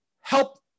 help